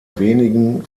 wenigen